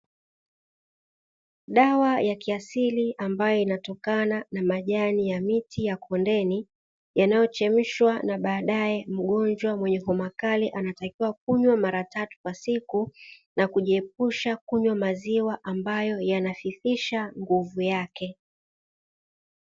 Dawa ya kiasili ambayo inatokana na majani ya miti ya kondeni, yanayochemshwa na baadae mgonjwa mwenye homa kali anatakiwa kunywa mara tatu kwa siku, na kujiepusha kunywa maziwa ambayo yanafifisha nguvu yake.